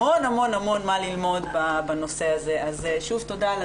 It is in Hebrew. המועצות הלאומיות כדי לחזק עוד יותר את הנושא של המודעות,